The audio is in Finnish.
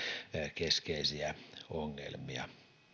keskeisiä ongelmia